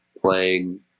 playing